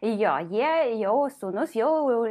jo jie jau sūnus jau